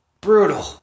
brutal